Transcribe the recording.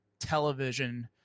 television